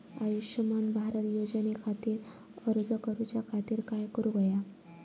आयुष्यमान भारत योजने खातिर अर्ज करूच्या खातिर काय करुक होया?